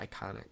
iconic